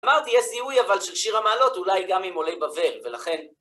אמרתי, יש זיהוי אבל של שיר המעלות, אולי גם עם עולי בבל, ולכן...